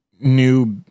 new